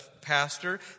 pastor